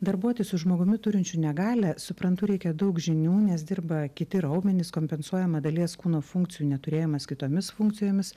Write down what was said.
darbuotis su žmogumi turinčiu negalią suprantu reikia daug žinių nes dirba kiti raumenys kompensuojama dalies kūno funkcijų neturėjimas kitomis funkcijomis